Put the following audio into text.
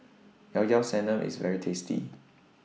Llao Llao Sanum IS very tasty